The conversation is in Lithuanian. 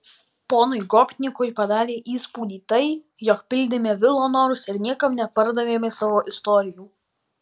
ponui gopnikui padarė įspūdį tai jog pildėme vilo norus ir niekam nepardavėme savo istorijų